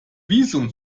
visum